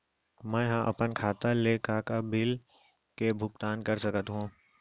मैं ह अपन खाता ले का का बिल के भुगतान कर सकत हो